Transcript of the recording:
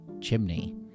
chimney